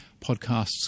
podcasts